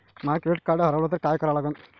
माय credit card हारवलं तर काय करा लागन?